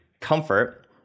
comfort